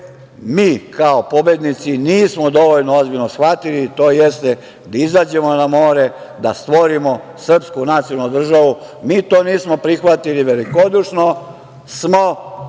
mi kao pobednici nismo dovoljno ozbiljno shvatili, tj. da izađemo na more, da stvorimo srpsku nacionalnu državu. Mi to nismo prihvatili. Velikodušno smo